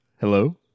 Hello